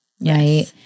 right